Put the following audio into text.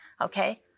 Okay